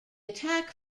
attack